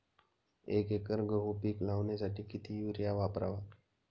एक एकर गहू पीक लावण्यासाठी किती युरिया वापरावा?